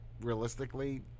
realistically